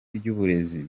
ry’uburezi